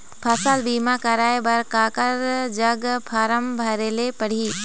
फसल बीमा कराए बर काकर जग फारम भरेले पड़ही?